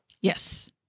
Yes